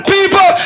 people